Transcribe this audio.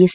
S